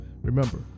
remember